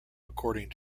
according